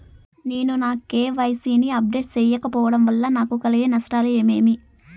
నేను నా కె.వై.సి ని అప్డేట్ సేయకపోవడం వల్ల నాకు కలిగే నష్టాలు ఏమేమీ?